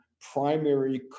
primary